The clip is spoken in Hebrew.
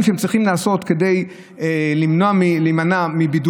שהם צריכים לעשות כדי להימנע מבידוד,